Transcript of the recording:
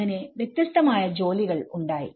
അങ്ങനെ വ്യത്യസ്തമായ ജോലികൾ ഉണ്ടായി